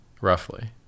roughly